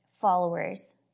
followers